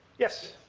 yes.